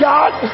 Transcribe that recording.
God